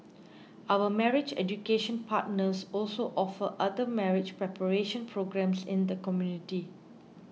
our marriage education partners also offer other marriage preparation programmes in the community